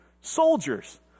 Soldiers